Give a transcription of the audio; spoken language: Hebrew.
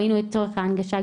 ראינו איתו את ההנגשה,